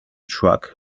truck